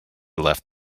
left